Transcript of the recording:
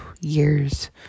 years